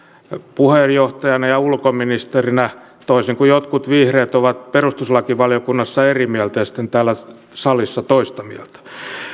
puheenjohtajana ja ulkoministerinä toisin kuin jotkut vihreät ovat perustuslakivaliokunnassa eri mieltä ja sitten täällä salissa toista mieltä